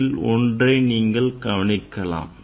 இதில் ஒன்றை நீங்கள் கவனிக்கலாம்